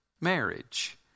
marriage